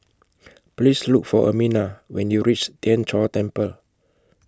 Please Look For Ermina when YOU REACH Tien Chor Temple